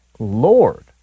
Lord